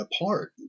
apart